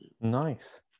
Nice